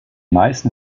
meisten